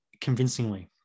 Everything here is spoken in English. convincingly